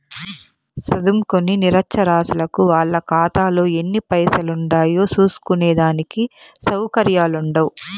సదుంకోని నిరచ్చరాసులకు వాళ్ళ కాతాలో ఎన్ని పైసలుండాయో సూస్కునే దానికి సవుకర్యాలుండవ్